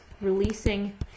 releasing